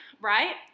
Right